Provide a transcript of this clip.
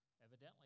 Evidently